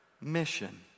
mission